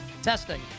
Testing